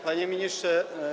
Panie Ministrze!